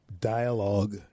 dialogue